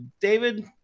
David